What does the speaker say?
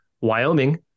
Wyoming